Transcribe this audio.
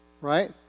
Right